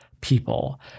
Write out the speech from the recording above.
people